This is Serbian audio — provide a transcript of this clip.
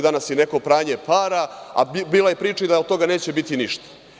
Danas je neko pranje para, a bila je priča da od toga neće biti ništa.